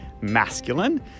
masculine